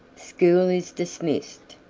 school is dismissed.